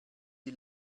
die